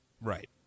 Right